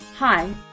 Hi